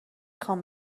خوام